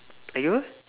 lagi berapa